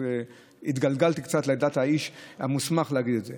אז התגלגלתי קצת לעמדת האיש המוסמך להגיד את זה.